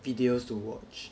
videos to watch